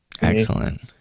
Excellent